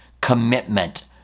commitment